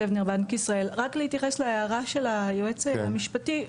רק להתייחס להערה של היועץ המשפטי,